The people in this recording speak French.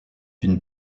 une